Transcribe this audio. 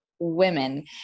women